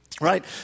Right